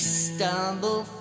stumble